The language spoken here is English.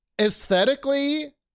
aesthetically